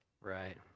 Right